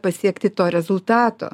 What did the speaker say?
pasiekti to rezultato